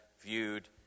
viewed